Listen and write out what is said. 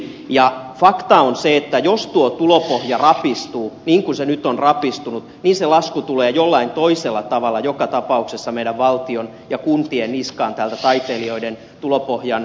ja fakta on se että jos tuo tulopohja rapistuu niin kuin se nyt on rapistunut lasku tulee jollain toisella tavalla joka tapauksessa meidän valtion ja kuntien niskaan taiteilijoiden tulopohjan heikentyessä